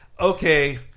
Okay